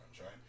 right